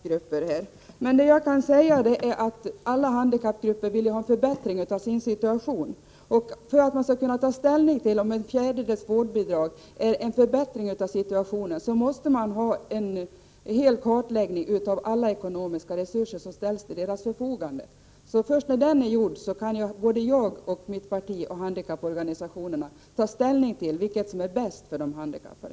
Herr talman! Jag kan inte tala för alla handikappgrupper, men det jag kan säga är att alla handikappgrupper vill ha en förbättring av sin situation. För att man skall kunna ta ställning till om ett fjärdedels vårdbidrag är en förbättring av situationen måste man ha en kartläggning av alla ekonomiska resurser som ställs till de handikappades förfogande. Först när den är gjord kan jag och mitt parti och handikapporganisationerna ta ställning till vilket som är bäst för de handikappade.